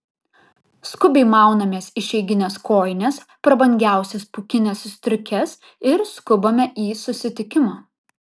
skubiai maunamės išeigines kojines prabangiausias pūkines striukes ir skubame į susitikimą